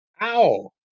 Ow